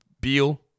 Beal